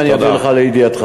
ואני אביא לך לידיעתך.